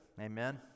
amen